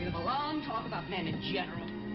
a long talk about men in general.